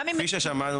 כפי ששמענו